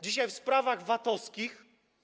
Dzisiaj w sprawach VAT-owskich.